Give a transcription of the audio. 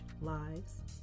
lives